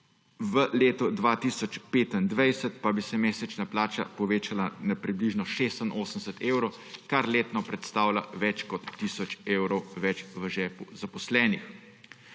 v letu 2025 pa bi se mesečna plača povečala na približno 86 evrov, kar letno predstavlja več kot tisoč evrov več v žepu zaposlenih.